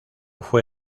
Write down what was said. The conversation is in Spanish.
fue